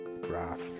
graph